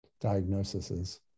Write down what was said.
diagnoses